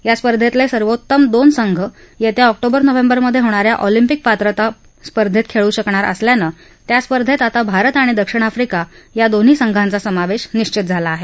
या स्पर्धेचे सर्वोत्तम दोन संघ येत्या ऑक्टोबर नोव्हेंबरमध्ये होणाऱ्या ऑलिंपिक पात्रता स्पर्धेत खेळू शकणार असल्यानं त्या स्पर्धेत आता भारत आणि दक्षिण आफ्रिका संघांचा समावेश निश्वित झाला आहे